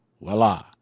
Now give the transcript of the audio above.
voila